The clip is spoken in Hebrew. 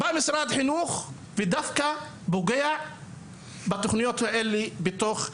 בא משרד החינוך ודווקא פוגע בתוכניות האלה בתוך המשרד.